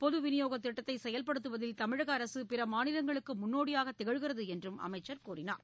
பொதுவிநியோகத் திட்டத்தைசெயல்படுத்துவதில் தமிழகஅரசுபிறமாநிலங்களுக்குமுன்னோடியாகதிகழ்கிறதுஎன்றும் அமைச்சர் தெரிவித்தார்